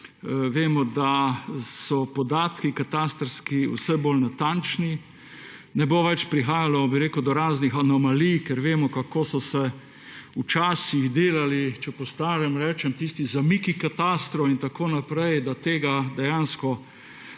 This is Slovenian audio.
Vemo, da so katastrski podatki vse bolj natančni. Ne bo več prihajalo do raznih anomalij, ker vemo, kako so se včasih delali, če po starem rečem, tisti zamiki katastrov in tako naprej, da je tega